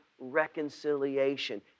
reconciliation